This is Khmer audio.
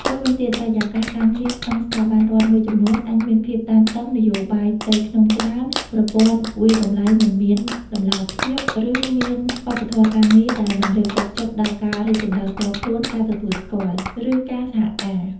មួយវិញទៀតបរិយាកាសការងារក្នុងស្ថាប័នរដ្ឋមួយចំនួនអាចមានភាពតានតឹង នយោបាយផ្ទៃក្នុងច្រើន ប្រព័ន្ធវាយតម្លៃមិនមានតម្លាភាព ឬមានវប្បធម៌ការងារដែលមិនលើកទឹកចិត្តដល់ការរីកចម្រើនផ្ទាល់ខ្លួន ការទទួលស្គាល់ ឬការសហការ។